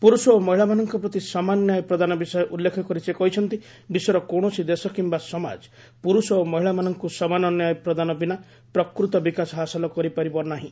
ପୁରୁଷ ଓ ମହିଳାମାନଙ୍କ ପ୍ରତି ସମାନ ନ୍ୟାୟ ପ୍ରଦାନ ବିଷୟ ଉଲ୍ଲେଖ କରି ସେ କହିଛନ୍ତି ବିଶ୍ୱର କୌଣସି ଦେଶ କିମ୍ବା ସମାଜ ପୁରୁଷ ଓ ମହିଳାମାନଙ୍କୁ ସମାନ ନ୍ୟାୟ ପ୍ରଦାନ ବିନା ପ୍ରକୃତ ବିକାଶ ହାସଲ କରିପାରିବ ନାହିଁ